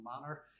manner